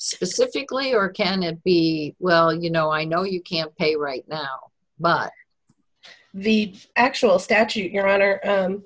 specifically or can it be well you know i know you can't pay right now but the actual statute your honor